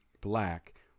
black